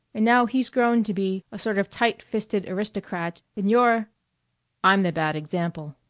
and now he's grown to be a sort of tight-fisted aristocrat, and you're i'm the bad example.